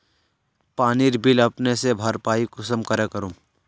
पानीर बिल अपने से भरपाई कुंसम करे करूम?